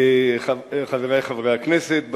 חברי חברי הכנסת,